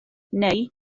neu